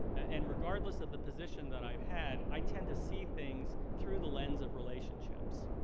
and regardless of the position that i've had, i tend to see things through the lens of relationships.